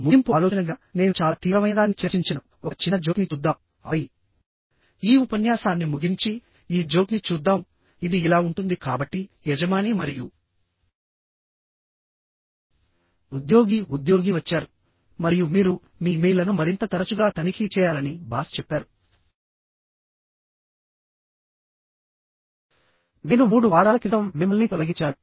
ముగింపు ఆలోచనగా నేను చాలా తీవ్రమైనదాన్ని చర్చించాను ఒక చిన్న జోక్ని చూద్దాం ఆపై ఈ ఉపన్యాసాన్ని ముగించి ఈ జోక్ని చూద్దాం ఇది ఇలా ఉంటుంది కాబట్టి యజమాని మరియు ఉద్యోగి ఉద్యోగి వచ్చారు మరియు మీరు మీ ఇమెయిల్లను మరింత తరచుగా తనిఖీ చేయాలని బాస్ చెప్పారునేను మూడు వారాల క్రితం మిమ్మల్ని తొలగించాను